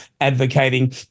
advocating